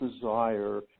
desire